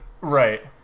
Right